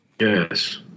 Yes